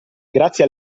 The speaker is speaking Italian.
grazie